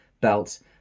belt